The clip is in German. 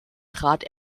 trat